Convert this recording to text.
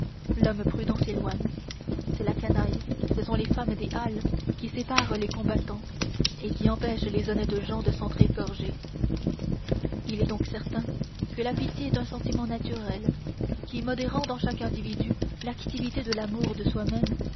l'homme prudent s'éloigne c'est la canaille ce sont les femmes des halles qui séparent les combattants et qui empêchent les honnêtes gens de s'entr'égorger il est donc certain que la pitié est un sentiment naturel qui modérant dans chaque individu l'activité de l'amour de soi-même